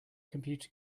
computer